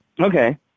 okay